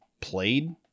played